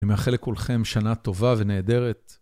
אני מאחל לכולכם שנה טובה ונהדרת.